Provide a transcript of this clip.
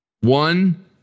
One